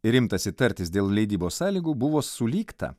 ir imtasi tartis dėl leidybos sąlygų buvo sulygta